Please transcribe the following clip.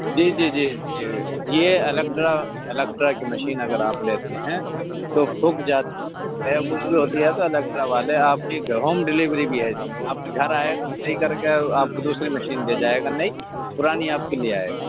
جی جی جی جی یہ الیکٹرا الیکٹرا کی مشین اگر آپ لیتے ہیں تو پھک جاتی ہے کچھ بھی ہوتی ہے تو الیکٹرا والے آپ کی ہوم ڈلیوری بھی ہے اس کی آپ کے گھر آئے صحیح کر کے آپ کو دوسری مشین دے جائے گا نئی پرانی آپ کی لے آئے گا